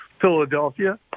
Philadelphia